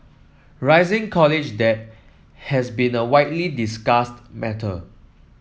rising college debt has been a widely discussed matter